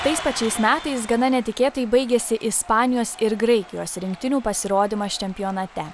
tais pačiais metais gana netikėtai baigėsi ispanijos ir graikijos rinktinių pasirodymas čempionate